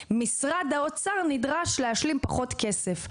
משרד האוצר נדרש להשלים פחות כסף.